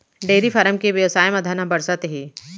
dairy farm के बेवसाय म धन ह बरसत हे